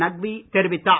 நக்வி தெரிவித்தார்